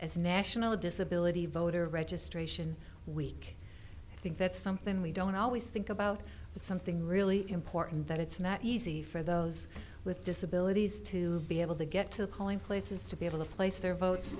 fifteen as national disability voter registration week i think that's something we don't always think about something really important that it's not easy for those with disabilities to be able to get to the polling places to be able to place their votes